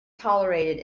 tolerated